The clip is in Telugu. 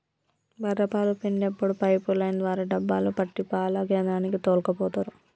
బఱ్ఱె పాలు పిండేప్పుడు పైపు లైన్ ద్వారా డబ్బాలో పట్టి పాల కేంద్రానికి తోల్కపోతరు